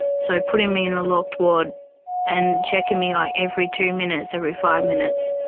so putting me in the locked ward and checking me like every two minutes, every five minutes,